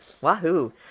Wahoo